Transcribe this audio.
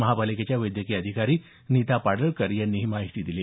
महापालिकेच्या वैद्यकीय अधिकारी नीता पाडळकर यांनी ही माहिती दिली